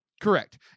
Correct